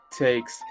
takes